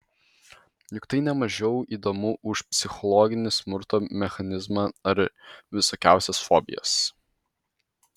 juk tai ne mažiau įdomu už psichologinį smurto mechanizmą ar visokiausias fobijas